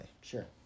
Sure